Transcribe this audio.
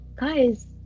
guys